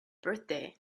birthday